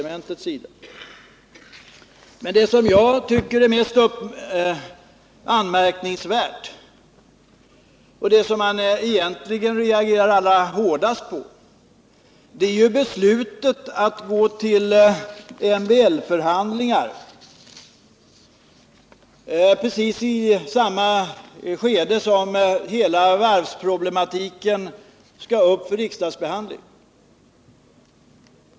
Men det som jag tycker är mest anmärkningsvärt och som jag reagerar hårdast mot är beslutet att gå till MBL-förhandlingar precis i samma skede som hela varvsproblematiken skall upp för riksdagsbehandling.